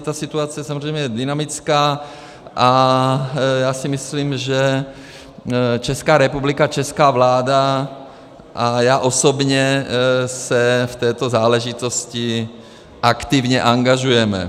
Ta situace je samozřejmě dynamická a já si myslím, že Česká republika, česká vláda a já osobně se v této záležitosti aktivně angažujeme.